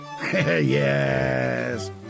Yes